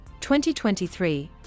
2023